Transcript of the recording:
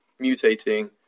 mutating